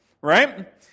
right